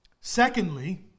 Secondly